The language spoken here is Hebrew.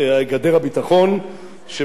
שברוך השם אני העליתי אותה ב-12